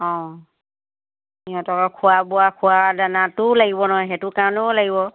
অঁ সিহঁতৰ আৰু খোৱা বোৱা খোৱা দানাটোও লাগিব নহয় সেইটো কাৰণেও লাগিব